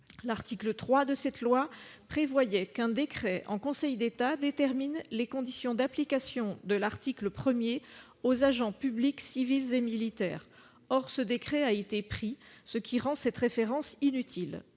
L'article 3 de cette loi prévoit qu'un décret en Conseil d'État détermine les conditions d'application de l'article 1 aux agents publics civils et militaires. Or ce décret a été pris, ce qui rend cette référence inutile.